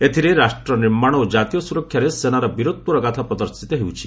ଏଥିରେ ରାଷ୍ଟ୍ର ନିର୍ମାଣ ଓ ଜାତୀୟ ସ୍କରକ୍ଷାରେ ସେନାର ବିରତ୍ୱର ଗାଥା ପ୍ରଦର୍ଶିତ ହେଉଛି